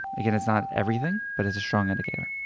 again, it's not everything but it's a strong indicator.